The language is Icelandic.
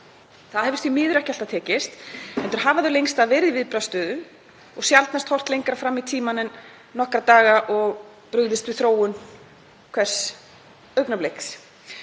Það hefur því miður ekki alltaf tekist heldur hafa þau lengst af verið í viðbragðsstöðu og sjaldnast horft lengra fram í tímann en nokkra daga og brugðist við þróun á hverju augnabliki.